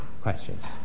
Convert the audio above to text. questions